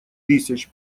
тысяч